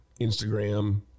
Instagram